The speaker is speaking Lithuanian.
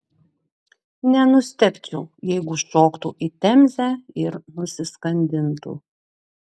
nenustebčiau jeigu šoktų į temzę ir nusiskandintų